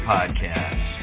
Podcast